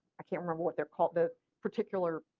i can't remember what they're called, the particular